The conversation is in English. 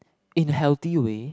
in healthy way